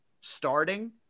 starting